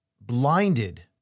blinded